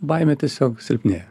baimė tiesiog silpnėja